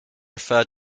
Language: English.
refer